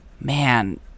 man